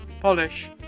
Polish